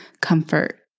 comfort